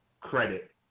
credit